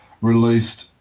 released